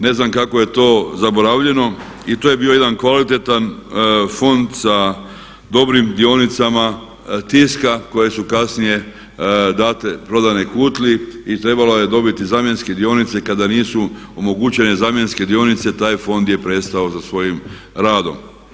Ne znam kako je to zaboravljeno i to je bio jedan kvalitetan fond sa dobrim dionicama tiska koje su kasnije date, prodane Kutli i trebalo je dobiti zamjenske dionice kada nisu omogućene zamjenske dionice taj fond je prestao sa svojim radom.